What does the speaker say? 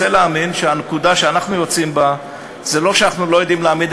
רוצה להאמין שהנקודה שאנחנו יוצאים בה היא לא שאנחנו לא יודעים להעמיד